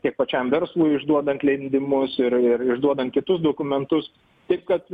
tiek pačiam verslui išduodant leidimus ir ir išduodant kitus dokumentus taip kad